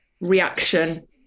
reaction